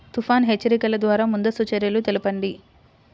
తుఫాను హెచ్చరికల ద్వార ముందస్తు చర్యలు తెలపండి?